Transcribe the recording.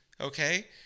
okay